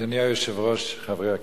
אדוני היושב-ראש, חברי הכנסת,